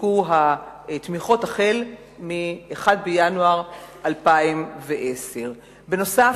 יחולקו התמיכות מ-1 בינואר 2010. בנוסף,